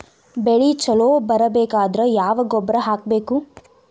ಬೆಳಿ ಛಲೋ ಬರಬೇಕಾದರ ಯಾವ ಗೊಬ್ಬರ ಹಾಕಬೇಕು?